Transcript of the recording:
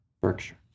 Berkshire